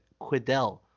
Quidel